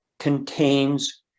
contains